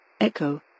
Echo